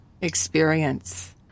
experience